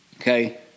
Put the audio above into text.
Okay